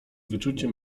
wyczucie